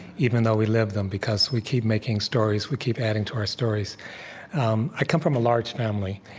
even though we live them, because we keep making stories. we keep adding to our stories i come from a large family.